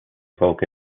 folk